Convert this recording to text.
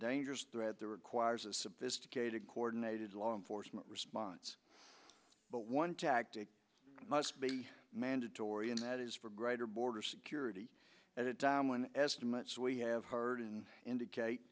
dangerous threat the requires a sophisticated coordinated law enforcement response but one tactic must be mandatory and that is for greater border security at a time when estimates we have heard in indicate